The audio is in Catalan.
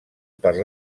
per